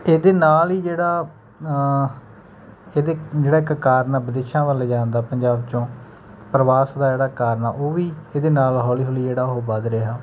ਇਹਦੇ ਨਾਲ ਹੀ ਜਿਹੜਾ ਇਹਦੇ ਜਿਹੜਾ ਇੱਕ ਕਾਰਨ ਵਿਦੇਸ਼ਾਂ ਵੱਲ ਜਾਣ ਦਾ ਪੰਜਾਬ 'ਚੋਂ ਪ੍ਰਵਾਸ ਦਾ ਜਿਹੜਾ ਕਾਰਨ ਉਹ ਵੀ ਇਹਦੇ ਨਾਲ ਹੌਲੀ ਹੌਲੀ ਜਿਹੜਾ ਉਹ ਵੱਧ ਰਿਹਾ